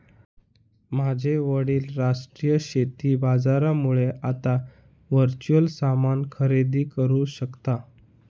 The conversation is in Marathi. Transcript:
माझे वडील राष्ट्रीय शेती बाजारामुळे आता वर्च्युअल सामान खरेदी करू शकता